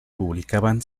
publicaban